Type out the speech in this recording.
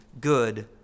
good